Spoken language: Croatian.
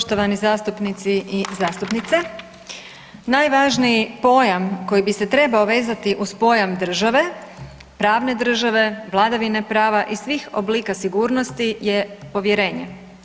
Poštovani zastupnici i zastupnice, najvažniji pojam koji bi se trebao vezati uz pojam države, pravne države, vladavine prava i svih oblika sigurnosti je povjerenje.